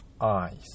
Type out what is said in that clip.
eyes